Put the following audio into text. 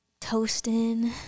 toasting